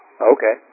Okay